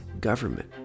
government